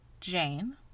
Jane